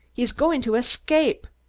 he's going to escape.